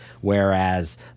Whereas